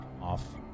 off